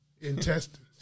intestines